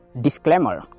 disclaimer